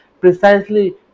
precisely